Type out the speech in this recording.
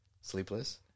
sleepless